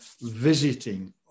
visiting